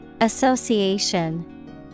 Association